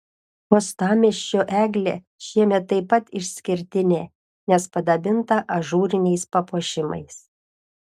uostamiesčio eglė šiemet taip pat išskirtinė nes padabinta ažūriniais papuošimais